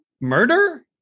Murder